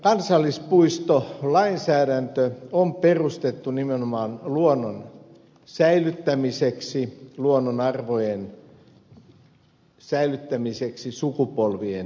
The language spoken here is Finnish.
nyt kansallispuistolainsäädäntö on perustettu nimenomaan luonnon säilyttämiseksi luonnonarvojen säilyttämiseksi sukupolvien ylitse